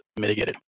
mitigated